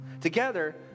Together